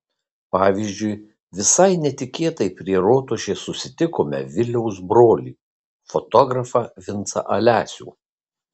pavyzdžiui visai netikėtai prie rotušės susitikome viliaus brolį fotografą vincą alesių